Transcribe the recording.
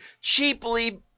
cheaply